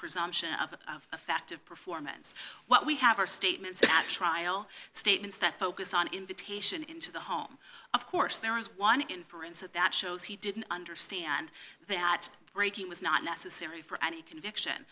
presumption of effective performance what we have are statements about trial statements that focus on invitation into the home of course there is one inference that that shows he didn't understand that breaking was not necessary for any conviction